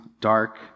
dark